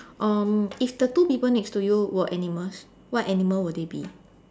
um if the two people next to you were animals what animal would they be